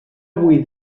avui